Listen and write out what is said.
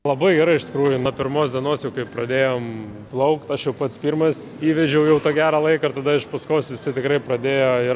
labai gerai iš tikrųjų nuo pirmos dienos jau kai pradėjom plaukt aš jau pats pirmas įvedžiau jau tą gerą laiką ir tada iš paskos visi tikrai pradėjo ir